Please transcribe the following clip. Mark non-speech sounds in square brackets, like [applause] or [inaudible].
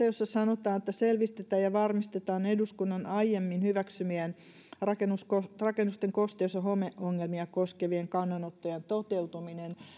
[unintelligible] jossa sanotaan että selvitetään ja varmistetaan eduskunnan aiemmin hyväksymien rakennusten rakennusten kosteus ja homeongelmia koskevien kannanottojen toteutuminen